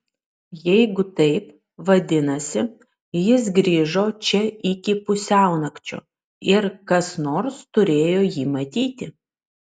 jeigu taip vadinasi jis grįžo čia iki pusiaunakčio ir kas nors turėjo jį matyti